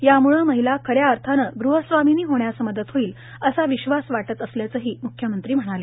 यामुळे महिला खन्या अर्थाने गृहस्वामिनी होण्यास मदत होईल असा विश्वास वाटत असल्याचेही मुख्यमंत्री म्हणाले